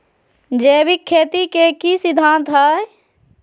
जैविक खेती के की सिद्धांत हैय?